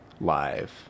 live